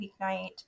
weeknight